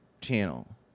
channel